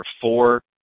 four